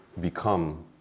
become